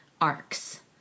arcs